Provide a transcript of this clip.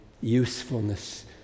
usefulness